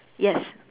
yes